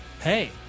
hey